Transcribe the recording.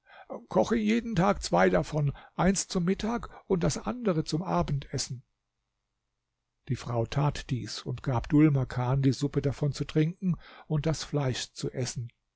koche jeden tag zwei davon eins zum mittag und das andere zum abendessen die frau tat dies und gab dhul makan die suppe davon zu trinken und das fleisch zu essen